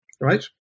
right